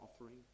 offering